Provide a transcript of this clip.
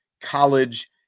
college